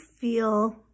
feel